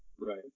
Right